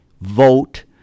vote